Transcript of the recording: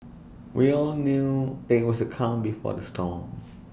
we all knew that IT was the calm before the storm